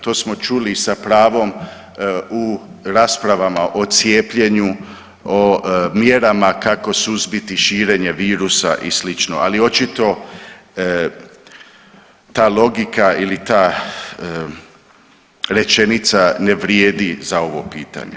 To smo čuli i sa pravom i raspravama o cijepljenju, o mjerama kako suzbiti širenje virusa i sl., ali očito ta logika ili ta rečenica ne vrijedi za ovo pitanje.